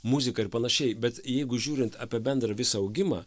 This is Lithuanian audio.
muzika ir panašiai bet jeigu žiūrint apie bendrą visų augimą